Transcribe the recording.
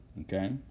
Okay